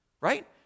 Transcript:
right